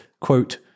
quote